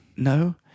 No